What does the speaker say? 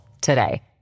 today